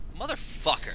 Motherfucker